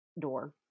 door